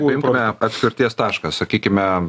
paimkime atspirties taškas sakykime